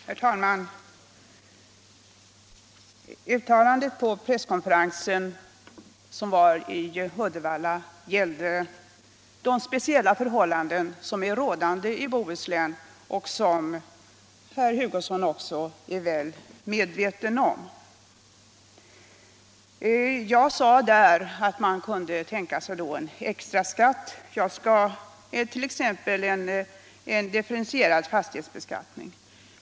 Herr talman! Uttalandet på presskonferensen i Uddevalla gällde de speciella förhållanden som är rådande i Bohuslän och som herr Hugosson också är väl medveten om. Jag sade där att man kunde tänka sig en extraskatt — t.ex. en differentierad fastighetsbeskattning.